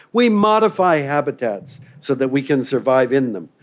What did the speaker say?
we modify habitats so that we can survive in them.